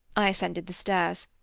i ascended the stairs.